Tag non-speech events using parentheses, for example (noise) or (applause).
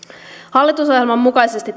hallitusohjelman mukaisesti (unintelligible)